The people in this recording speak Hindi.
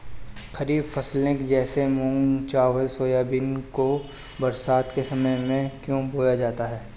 खरीफ फसले जैसे मूंग चावल सोयाबीन को बरसात के समय में क्यो बोया जाता है?